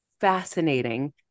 fascinating